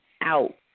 out